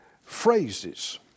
phrases